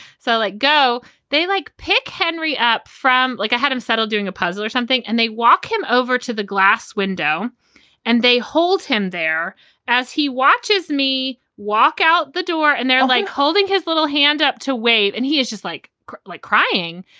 so like go they like pick henry up from like i had him settle doing a puzzle or something and they walk him over to the glass window and they hold him there as he watches me walk out the door and they're like holding his little hand up to wave and he is just like like crying.